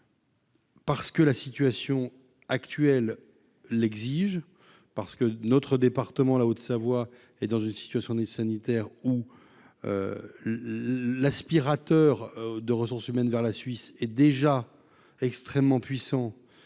Parce que la situation actuelle l'exige, parce que notre département la Haute-Savoie et dans une situation sanitaire ou l'aspirateur de ressources humaines vers la Suisse est déjà extrêmement puissants